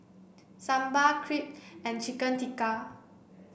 Sambar Crepe and Chicken Tikka